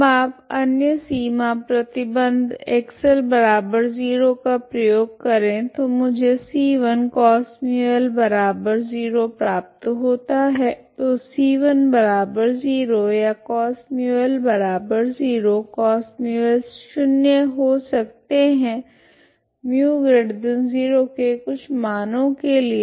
अब आप अन्य सीमा प्रतिबंध X0 का प्रयोग करे तो मुझे c1cosμL0 प्राप्त होता है तो c10 या cosμL0 cosμL शून्य हो सकते है μ0 के कुछ मानो के लिए